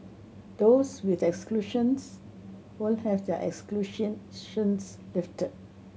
those with exclusions will have their lifted